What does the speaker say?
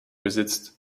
besitzt